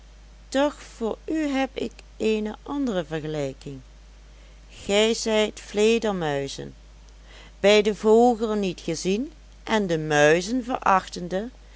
doch voor u heb ik eene andere vergelijking gij zijt vledermuizen bij de vogelen niet gezien en de muizen verachtende